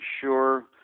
sure